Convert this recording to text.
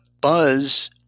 Buzz